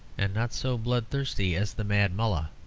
and not so bloodthirsty as the mad mullah.